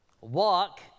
Walk